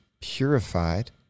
purified